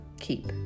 keep